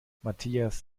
matthias